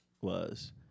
was-